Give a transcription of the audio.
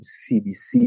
cbc